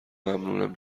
ممنونم